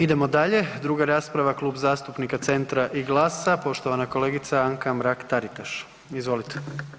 Idemo dalje, 2. rasprava Klub zastupnika Centra i GLAS-a, poštovana kolegica Anka Mrak-Taritaš, izvolite.